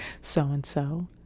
so-and-so